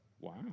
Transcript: Wow